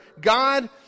God